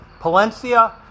palencia